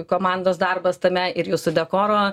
komandos darbas tame ir jūsų dekoro